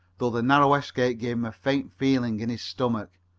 though the narrow escape gave him a faint feeling in his stomach.